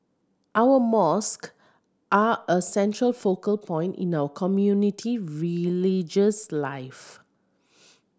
our mosque are a central focal point in our community religious life